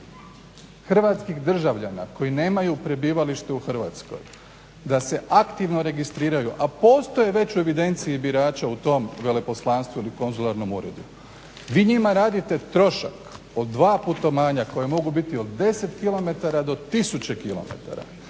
hrvatskih državljana koji nemaju prebivalište u Hrvatskoj da se aktivno registriraju, a postoje već u evidenciji birača u tom veleposlanstvu ili konzularnom uredu. Vi njima radite trošak od dva putovanja koja mogu biti od 10 km do 1000 km.